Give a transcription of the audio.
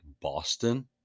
Boston